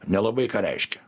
nelabai ką reiškia